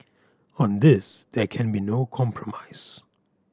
on this there can be no compromise